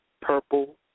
purple